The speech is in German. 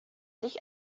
sich